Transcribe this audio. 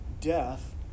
death